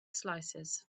slices